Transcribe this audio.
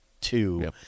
two